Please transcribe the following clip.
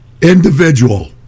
individual